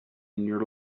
your